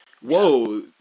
whoa